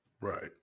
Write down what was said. Right